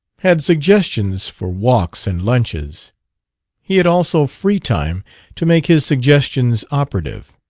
had suggestions for walks and lunches he had also free time to make his suggestions operative.